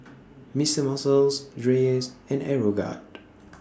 Mister Muscle Dreyers and Aeroguard